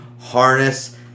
harness